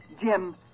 Jim